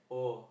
oh